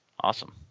Awesome